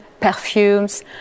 perfumes